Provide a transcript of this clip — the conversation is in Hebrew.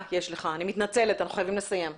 אני מתנצלת, אנחנו חייבים לסיים.